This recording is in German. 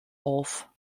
auf